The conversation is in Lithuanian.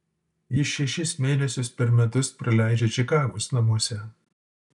jis šešis mėnesius per metus praleidžia čikagos namuose